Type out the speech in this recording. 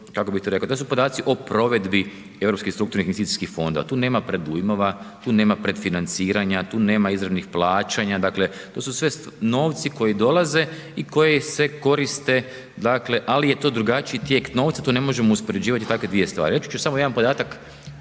to su podaci o provedbi europskih strukturnih investicijskih fondova, tu nema predujmova, tu nema predfinanciranja, tu nema izravnih plaćanja, dakle to su sve novci koji dolaze i koji se koriste ali je to drugačiji tijek novca, tu ne možemo uspoređivati takve dvije stvari. Reći ću samo jedan podatak